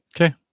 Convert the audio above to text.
Okay